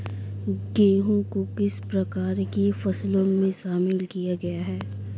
गेहूँ को किस प्रकार की फसलों में शामिल किया गया है?